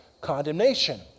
condemnation